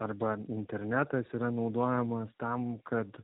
arba internetas yra naudojamas tam kad